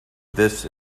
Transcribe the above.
this